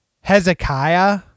Hezekiah